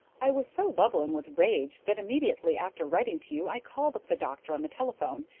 i was so bubbling with rage that immediately after writing to you i called up the doctor on the telephone,